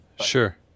Sure